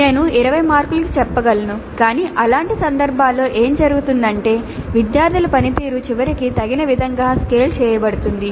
నేను 20 మార్కులు చెప్పగలను కాని అలాంటి సందర్భాల్లో ఏమి జరుగుతుందంటే విద్యార్థుల పనితీరు చివరికి తగిన విధంగా స్కేల్ చేయబడుతుంది